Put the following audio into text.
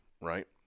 right